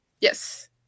Yes